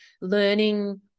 learning